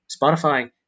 Spotify